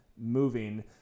moving